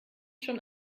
schon